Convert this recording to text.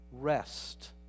Rest